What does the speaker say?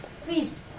Please